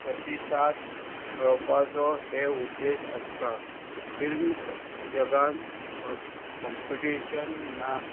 प्रतिसाद मेळोवपाचो हे उद्देश आसता फिल्म जगान कॉम्पिटिशन ना